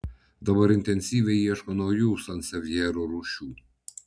dabar intensyviai ieško naujų sansevjerų rūšių